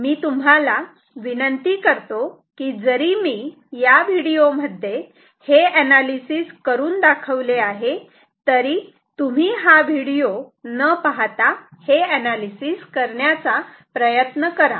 मी तुम्हाला विनंती करतो की जरी मी मी या व्हिडिओ मध्ये हे अनालिसिस करून दाखवले आहे तरी तुम्ही हा व्हीडीओ न पहाता हे अनालिसिस करण्याचा प्रयत्न करा